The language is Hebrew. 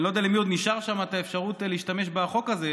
אני לא יודע למי עוד נשארה שם האפשרות להשתמש בחוק הזה,